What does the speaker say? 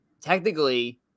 Technically